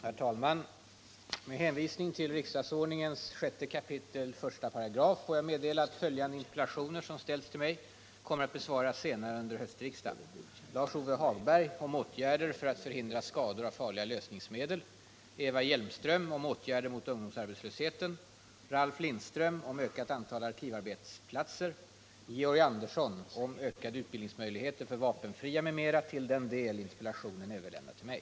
Herr talman! Med hänvisning till riksdagsordningens 6 kap. 15 ber jag att få meddela att följande interpellationer som ställts till mig kommer att besvaras senare under höstriksdagen, eftersom de delvis berör ärenden som f.n. är under behandling: Georg Anderssons om ökade utbildningsmöjligheter för vapenfria m.m. till den del interpellationen överlämnats till mig.